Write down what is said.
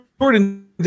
Jordan